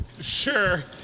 Sure